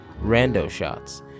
RandoShots